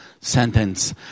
sentence